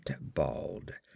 bald